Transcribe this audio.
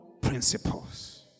principles